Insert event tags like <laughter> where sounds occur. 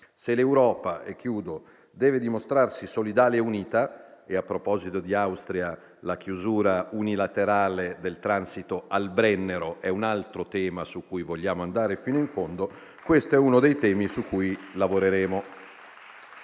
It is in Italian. Se l'Europa deve dimostrarsi solidale e unita - a proposito di Austria, la chiusura unilaterale del transito al Brennero è un altro tema su cui vogliamo andare fino in fondo <applause> - questo è uno dei temi su cui lavoreremo.